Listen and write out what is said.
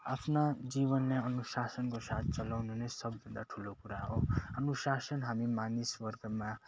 आफ्ना जीवनलाई अनुशासनको साथ चलाउनु नै सबभन्दा ठुलो कुरा हो अनुशासन हामी मानिसवर्गमा